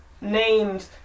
named